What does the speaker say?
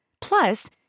Plus